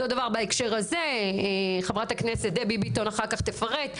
עוד דבר בהקשר הזה חברת הכנסת דבי ביטון אחר כך תפרט,